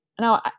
No